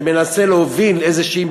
שמנסה להוביל איזושהי מדיניות,